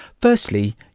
Firstly